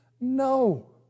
No